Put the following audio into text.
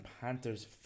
Panthers